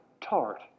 tart